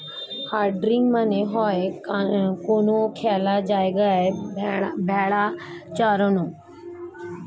herding মানে হয়ে কোনো খোলা জায়গায় ভেড়া চরানো